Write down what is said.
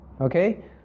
Okay